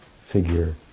figure